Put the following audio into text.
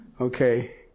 Okay